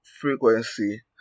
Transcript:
frequency